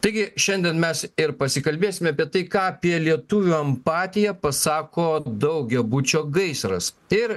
taigi šiandien mes ir pasikalbėsime apie tai ką apie lietuvių empatiją pasako daugiabučio gaisras ir